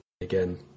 Again